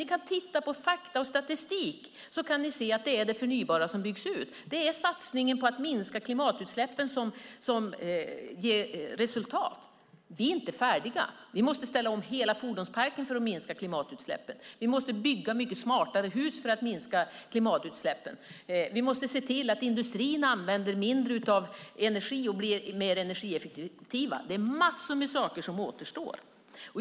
Ni kan titta på fakta och statistik, så kan ni se att det är det förnybara som byggs ut. Det är satsningen på att minska klimatutsläppen som ger resultat. Vi är inte färdiga. Vi måste ställa om hela fordonsparken för att minska klimatutsläppen. Vi måste bygga mycket smartare hus för att minska klimatutsläppen. Vi måste se till att industrin använder mindre energi och blir mer energieffektiv. Det är massor av saker som återstår.